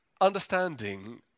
understanding